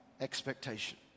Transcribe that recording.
Expectation